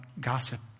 gossip